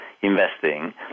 investing